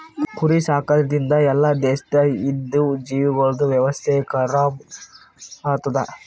ಕುರಿ ಸಾಕದ್ರಿಂದ್ ಎಲ್ಲಾ ದೇಶದಾಗ್ ಇದ್ದಿವು ಜೀವಿಗೊಳ್ದ ವ್ಯವಸ್ಥೆನು ಖರಾಬ್ ಆತ್ತುದ್